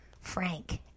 Frank